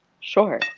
Sure